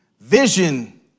Vision